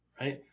right